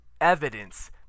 evidence